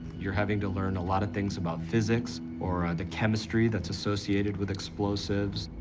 you're having to learn a lot of things about physics, or the chemistry that's associated with explosives,